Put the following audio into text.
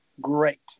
great